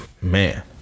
Man